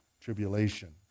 tribulation